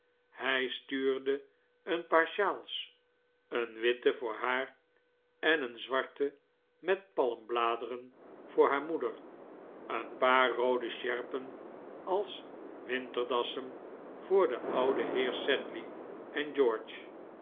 hij stuurde een paar sjaals een witte voor haar en een zwarte met palmbladeren voor haar moeder een paar roode sjerpen als winterdassen voor den ouden heer sedley en george